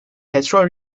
petrol